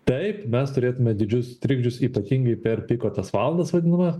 taip mes turėtume didžius trikdžius ypatingai per piko tas valandas vadinamas